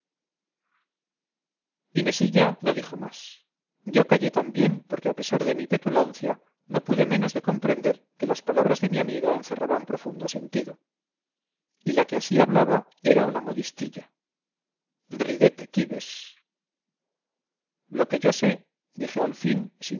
moverlas inesilla no dijo más yo callé también porque a pesar de mi petulancia no pude menos de comprender que las palabras de mi amiga encerraban profundo sentido y la que así hablaba era una modistilla ridete cives lo que yo sé dije al fin